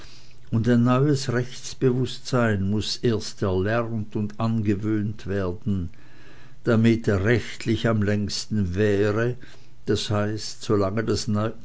und ein neues rechtsbewußtsein muß erst erlernt und angewöhnt werden damit rechtlich am längsten währe das heißt solange der